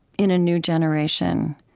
in a new generation,